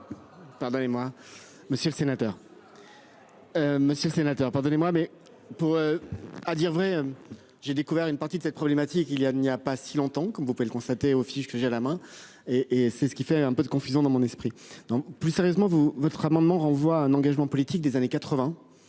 Pardonnez-moi, monsieur le sénateur. Monsieur le Sénateur, pardonnez-moi mais pour. À dire vrai. J'ai découvert une partie de cette problématique. Il y a, il n'y a pas si longtemps, comme vous pouvez le constater au que j'ai à la main et et c'est ce qui fait un peu de confusion dans mon esprit. Non plus sérieusement, vous, votre amendement renvoie un engagement politique des années 80,